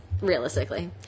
Realistically